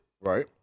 Right